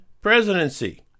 presidency